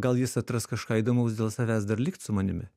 gal jis atras kažką įdomaus dėl savęs dar likt su manimi